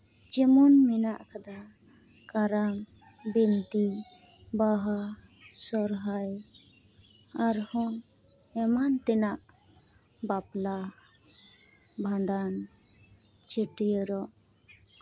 ᱡᱮᱢᱚᱱ ᱢᱮᱱᱟᱜ ᱠᱟᱫᱟ ᱠᱟᱨᱟᱢ ᱵᱤᱱᱛᱤ ᱵᱟᱦᱟ ᱥᱚᱨᱦᱟᱭ ᱟᱨᱦᱚᱸ ᱮᱢᱟᱱ ᱛᱮᱱᱟᱜ ᱵᱟᱯᱞᱟ ᱵᱷᱟᱸᱰᱟᱱ ᱪᱷᱟᱹᱴᱭᱟᱹᱨᱚᱜ